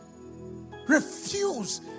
Refuse